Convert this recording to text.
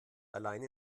alleine